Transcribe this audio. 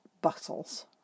bustles